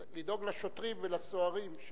לדאוג לשוטרים ולסוהרים,